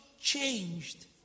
changed